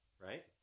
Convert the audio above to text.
Right